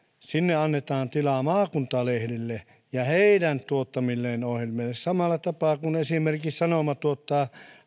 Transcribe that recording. niin annetaan tilaa maakuntalehdille ja heidän tuottamilleen ohjelmille samalla tapaa kuin esimerkiksi sanoma tuottaa